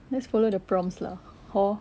let's follow the prompts lah hor